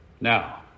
Now